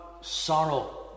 sorrow